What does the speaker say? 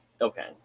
Okay